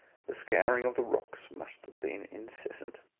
the scouring of the rocks must have been incessant.